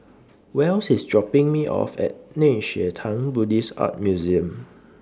Wells IS dropping Me off At Nei Xue Tang Buddhist Art Museum